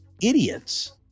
idiots